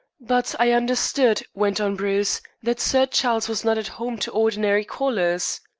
but i understood, went on bruce, that sir charles was not at home to ordinary callers?